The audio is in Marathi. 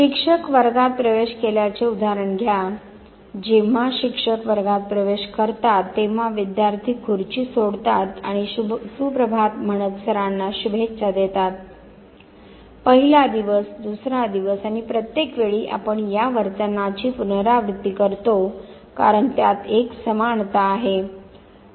शिक्षक वर्गात प्रवेश केल्याचे उदाहरण घ्या जेव्हा शिक्षक वर्गात प्रवेश करतात तेव्हा विद्यार्थी खुर्ची सोडतात आणि शुभ प्रभात म्हणत सरांना शुभेच्छा देतातपहिला दिवस दुसरा दिवस आणि प्रत्येक वेळी आपण या वर्तनाची पुनरावृत्ती करतो कारण त्यात एक समानता आहे